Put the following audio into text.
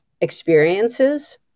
experiences